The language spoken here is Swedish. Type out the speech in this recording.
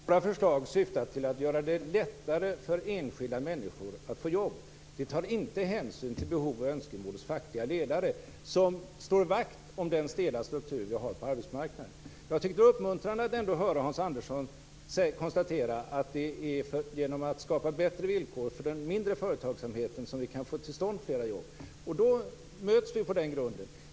Fru talman! Våra förslag syftar till att göra det lättare för enskilda människor att få jobb. De tar inte hänsyn till behov och önskemål hos fackliga ledare, som slår vakt om den stela struktur vi har på arbetsmarknaden. Jag tyckte att det var uppmuntrande att höra Hans Andersson konstatera att det är genom att skapa bättre villkor för den mindre företagsamheten som vi kan få till stånd flera jobb. På den grunden möts vi.